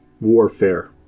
warfare